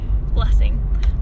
Blessing